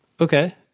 Okay